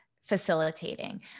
facilitating